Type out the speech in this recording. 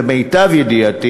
למיטב ידיעתי